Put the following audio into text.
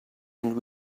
and